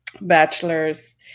bachelor's